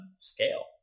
scale